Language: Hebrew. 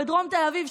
בדרום תל אביב,